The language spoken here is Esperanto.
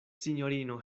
sinjorino